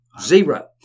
zero